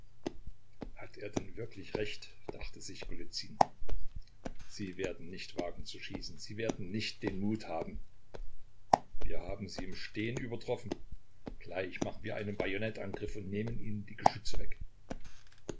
hat er denn wirklich recht dachte sich golizyn sie werden nicht wagen zu schießen sie werden nicht den mut haben wir haben sie im stehen übertroffen gleich machen wir einen bajonettangriff und nehmen ihnen die geschütze weg